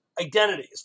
identities